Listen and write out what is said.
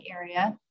area